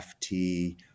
ft